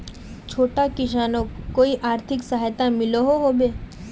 छोटो किसानोक कोई आर्थिक सहायता मिलोहो होबे?